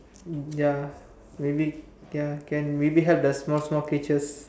um ya maybe ya can maybe help the small small creatures